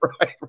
Right